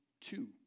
two